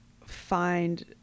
find